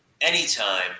anytime